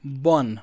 بۄن